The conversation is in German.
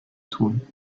tun